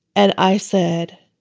and i said,